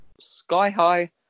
Sky-high